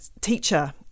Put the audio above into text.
teacher